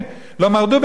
לא מרדו במובארק.